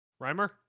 Reimer